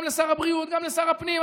גם לשר הבריאות גם לשר הפנים.